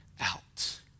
out